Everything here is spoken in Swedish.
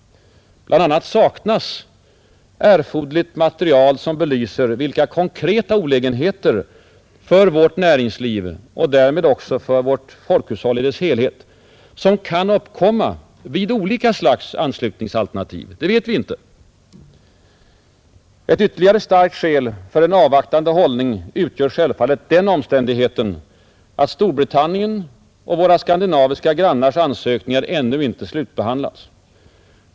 Bland annat saknas erforderligt material som belyser vilka konkreta olägenheter för vårt näringsliv och därmed också för vårt folkhushåll i dess helhet som kan uppkomma vid olika slags anslutningsalternativ. Ett ytterligare starkt skäl för en avvaktande hållning utgör självfallet den omständigheten att Storbritanniens och våra skandinaviska grannars ansökningar ännu inte slutbehandlats.